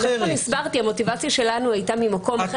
הסברתי שהמוטיבציה שלנו הייתה ממקום אחר.